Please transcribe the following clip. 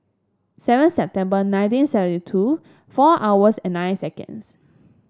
seventh September nineteen seventy two four hours and nine seconds